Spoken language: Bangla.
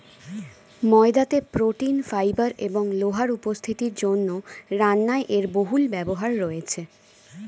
ময়দাতে প্রোটিন, ফাইবার এবং লোহার উপস্থিতির জন্য রান্নায় এর বহুল ব্যবহার রয়েছে